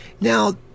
Now